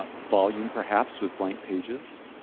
ah volume perhaps with blank pages.